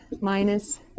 minus